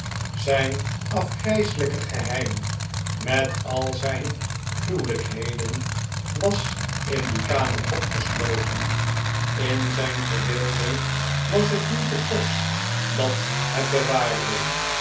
zijn afgrijselijke geheim met al zijn gruwelijkheden was in die kamer opgesloten in zijn verbeelding was het niet het bosch dat het bewaarde